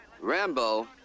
Rambo